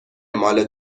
مال